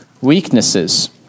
weaknesses